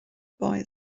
boy